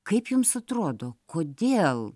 kaip jums atrodo kodėl